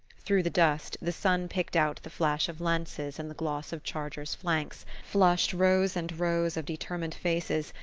through the dust, the sun picked out the flash of lances and the gloss of chargers' flanks, flushed rows and rows of determined faces,